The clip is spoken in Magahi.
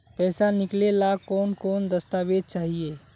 पैसा निकले ला कौन कौन दस्तावेज चाहिए?